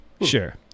sure